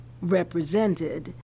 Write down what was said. represented